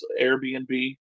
Airbnb